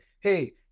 Hey